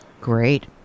Great